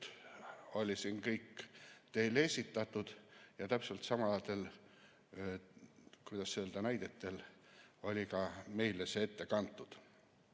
jutt siin kõik teile esitatud ja täpselt samade, kuidas öelda, näidetega oli see ka meile ette kantud.